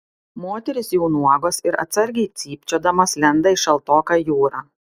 moterys jau nuogos ir atsargiai cypčiodamos lenda į šaltoką jūrą